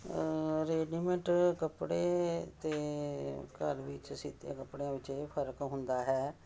readymade ਕੱਪੜੇ ਅਤੇ ਘਰ ਵਿੱਚ ਸੀਤੇ ਕੱਪੜਿਆਂ ਵਿੱਚ ਇਹ ਫਰਕ ਹੁੰਦਾ ਹੈ